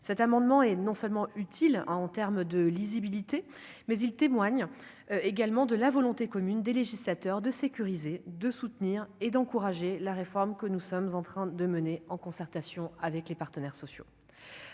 cet amendement est non seulement utile à en terme de lisibilité, mais il témoigne également de la volonté commune des législateurs de sécuriser de soutenir et d'encourager l'arrêt. Forme que nous sommes en train de mener, en concertation avec les partenaires sociaux